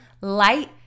light